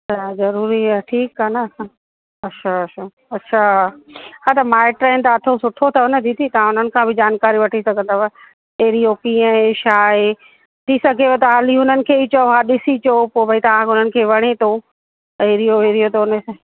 त ज़रूरी आहे ठीकु आहे न अछा अछा अछा हा त माइट आहिनि त हथों सुठो अथव न दीदी तव्हां हुननि खां बि जानिकारी वठी सघंदव एरिओ कीअं आहे छा आहे थी सघेव त हाली हुननि खे ई चओ हा ॾिसी चओ पोइ भई तव्हां हुननि खे वणे थो त एरिओ वेरिओ त हुन सां